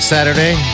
Saturday